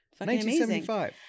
1975